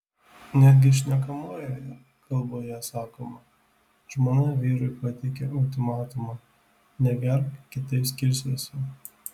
netgi šnekamojoje kalboje sakoma žmona vyrui pateikė ultimatumą negerk kitaip skirsiuosi